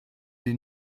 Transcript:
die